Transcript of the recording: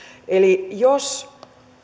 eli jos